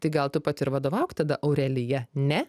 tai gal tu pati ir vadovauk tada aurelija ne